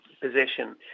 position